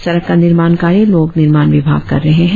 सड़क का निर्माण कार्य लोक निर्माण विभाग कर रहे है